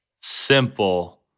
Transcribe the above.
simple